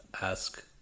ask